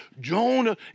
Jonah